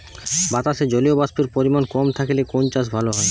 বাতাসে জলীয়বাষ্পের পরিমাণ কম থাকলে কোন চাষ ভালো হয়?